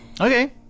Okay